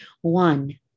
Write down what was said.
one